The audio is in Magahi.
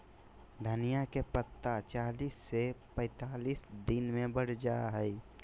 धनिया के पत्ता चालीस से पैंतालीस दिन मे बढ़ जा हय